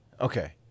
Okay